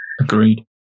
agreed